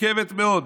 מורכבת מאוד,